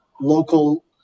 local